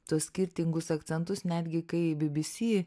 tuos skirtingus akcentus netgi kai bbc